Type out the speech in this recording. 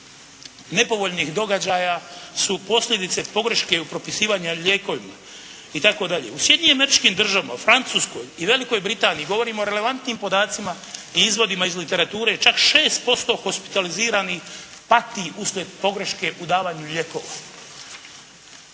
U Sjedinjenim Američkim Državama, u Francuskoj i Velikoj Britaniji govorimo o relevantnim podacima i izvodima iz literature. Čak 6% hospitaliziranih pati uslijed pogreške u davanju lijekova.